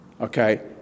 Okay